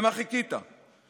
למה חיכית?